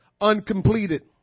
Uncompleted